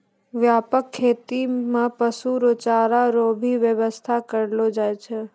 व्यापक खेती मे पशु रो चारा रो भी व्याबस्था करलो जाय छै